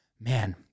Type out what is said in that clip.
Man